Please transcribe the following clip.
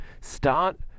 Start